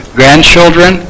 grandchildren